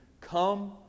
come